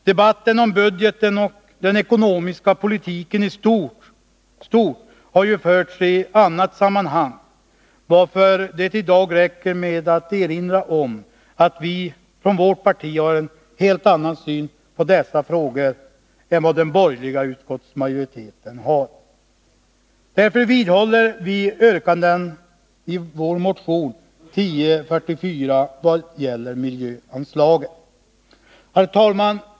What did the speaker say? Debatten om budgeten och den ekonomiska politiken i stort har ju förts i annat sammanhang, varför det i dag räcker med att erinra om att vårt parti har en helt annan syn på dessa frågor än vad den borgerliga utskottsmajoriteten har. Därför vidhåller vi yrkandena i vår motion 1044 vad gäller miljöanslagen. Herr talman!